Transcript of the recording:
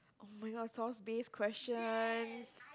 oh-my-god source based questions